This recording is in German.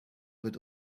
wird